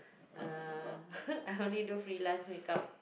uh I only do freelance make-up